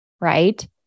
right